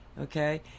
Okay